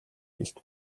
илт